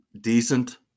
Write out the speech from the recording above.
decent